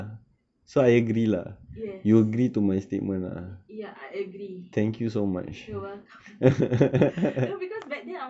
yes ya I agree you are welcome no because back then